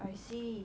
I see